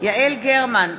יעל גרמן,